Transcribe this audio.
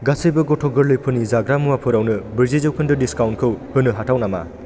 गासैबो गथ' गोरलैफोरनि जाग्रा मुवाफोरावनो ब्रैजि जौखोन्दो डिसकाउन्टखौ होनो हाथाव नामा